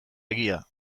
egia